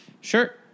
Sure